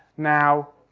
now,